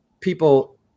people